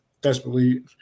desperately